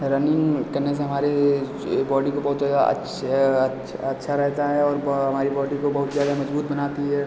running करने से हमारे बॉडी को बहुत ज़्यादा अच्छा अच्छा रहता है और वही हमारी बॉडी को बहुत ज़्यादा मज़बूत बनाती है